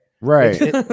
Right